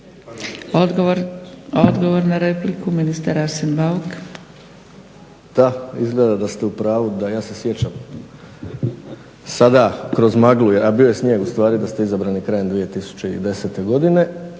Odgovor na repliku, ministar Arsen Bauk.